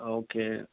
okay